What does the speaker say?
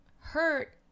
hurt